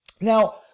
Now